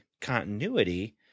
continuity